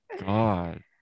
god